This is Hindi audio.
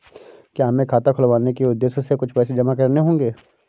क्या हमें खाता खुलवाने के उद्देश्य से कुछ पैसे जमा करने होंगे?